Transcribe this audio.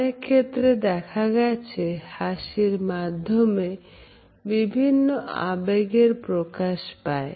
অনেক ক্ষেত্রে দেখা গেছে হাসির মাধ্যমে বিভিন্ন আবেগের প্রকাশ পায়